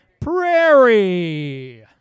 Prairie